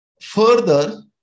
Further